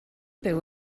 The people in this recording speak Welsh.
byw